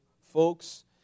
folks